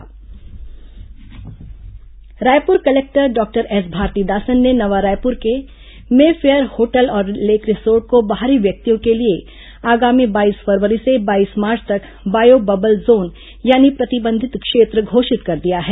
cricket प्रतिबंधित क्षेत्र Raipur collector doctor S Bharathidasan ने नवा रायपुर के मेफेयर होटल और लेक रिसॉर्ट को बाहरी व्यक्तियों के लिए आगामी बाईस फरवरी से बाईस मार्च तक बायो बबल जोन यानी प्रतिबंधित क्षेत्र घोषित कर दिया है